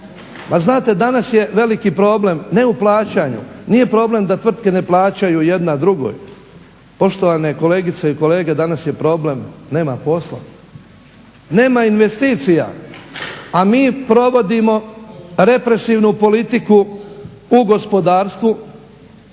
znate danas je veliki problem ne u plaćanju, nije problem da tvrtke ne plaćaju jedna drugoj. Poštovane kolegice i kolege danas je problem nema posla, nema investicija, a mi provodimo represivnu politiku u gospodarstvu